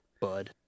Bud